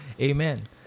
Amen